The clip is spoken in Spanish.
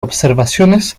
observaciones